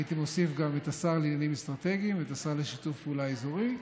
הייתי מוסיף גם את השר לעניינים אסטרטגיים ואת השר לשיתוף פעולה אזורי,